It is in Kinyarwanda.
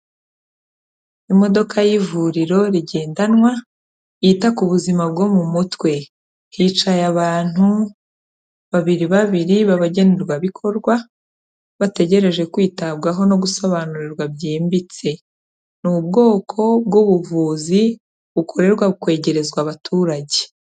Imodoka y'ivuriro rigendanwa yita ku buzima bwo mu mutwe, hicaye abantu babiri babiri b'abagenerwabikorwa bategereje kwitabwaho no gusobanurirwa byimbitse, ni ubwoko bw'ubuvuzi bukorerwa kwegerezwa abaturage.